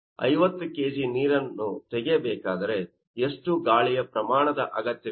50 KG ನೀರು ತೆಗೆಯಬೇಕಾದರೆ ಎಷ್ಟು ಗಾಳಿಯ ಪ್ರಮಾಣದ ಅಗತ್ಯವಿದೆ